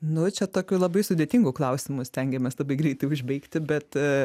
nu čia tokiu labai sudėtingu klausimu stengiamės labai greitai užbaigti bet